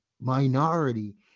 minority